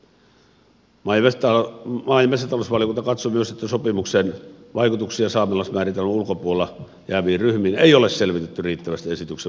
maa ja metsätalousvaliokunta katsoi myös että sopimuksen vaikutuksia saamelaismääritelmän ulkopuolelle jääviin ryhmiin ei ole selvitetty riittävästi esityksen valmistelussa